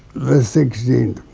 the sixteenth